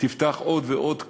תפתח עוד ועוד.